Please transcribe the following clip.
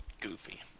goofy